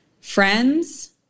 Friends